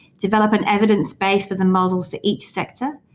develop an evidence base for the model for each sector,